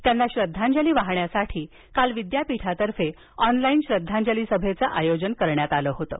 त्यांना श्रद्वांजली वाहण्यासाठी काल विद्यापीठातर्फे ऑनलाईन श्रद्वांजली सभेचं आयोजन करण्यात आलं होतं